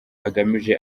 agamije